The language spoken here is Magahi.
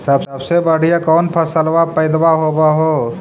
सबसे बढ़िया कौन फसलबा पइदबा होब हो?